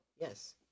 Yes